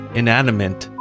inanimate